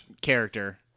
character